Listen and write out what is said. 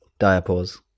diapause